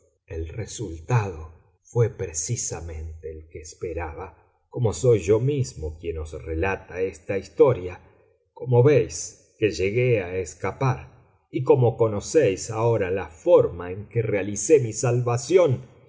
el resultado fué precisamente el que esperaba como soy yo mismo quien os relata esta historia como veis que llegué a escapar y como conocéis ahora la forma en que realicé mi salvación